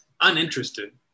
uninterested